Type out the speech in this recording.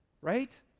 right